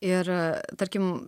ir tarkim